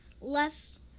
less